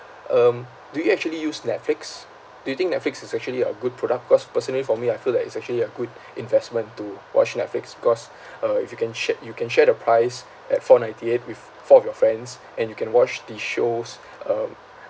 um do you actually use netflix do you think netflix is actually a good product cause personally for me I feel that it's actually a good investment to watch netflix because uh if you can sha~ you can share the price at four ninety eight with four of your friends and you can watch the shows um